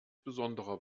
besonderer